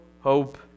hope